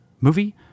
movie